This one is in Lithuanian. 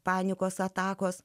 panikos atakos